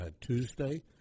Tuesday